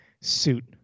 suit